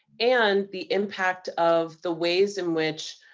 and the impact of the ways in which,